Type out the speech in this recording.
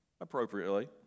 appropriately